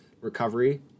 recovery